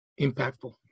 impactful